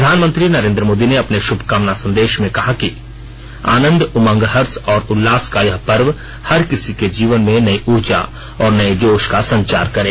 प्रधानमंत्री नरेन्द्र मोदी ने अपने शुभकामना संदेश में कहा है कि आनंद उमंग हर्ष और उल्लास का यह पर्व हर किसी के जीवन में नई ऊर्जा और नये जोश का संचार करें